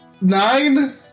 Nine